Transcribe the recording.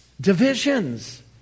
divisions